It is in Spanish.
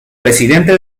presidente